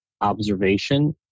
observation